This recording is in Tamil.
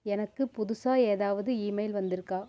எனக்கு புதுசாக ஏதாவது ஈமெயில் வந்துருக்கா